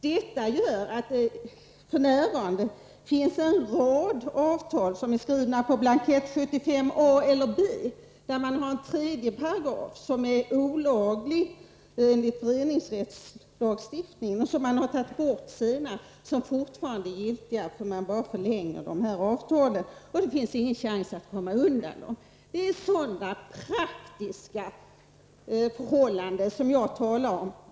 Detta gör att det f.n. finns en rad avtal som är skrivna på blankett 75 A eller B, där vi har en tredje paragraf som är olaglig enligt föreningsrättslagstiftning och som man tagit bort i nyare avtal men som fortfarande är gällande, eftersom dessa äldre avtal bara förlängs — det finns ingen chans att komma undan dem. Det är sådana praktiska förhållanden som jag talar om.